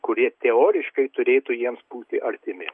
kurie teoriškai turėtų jiems būti artimi